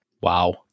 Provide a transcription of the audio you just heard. Wow